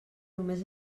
només